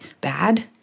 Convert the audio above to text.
bad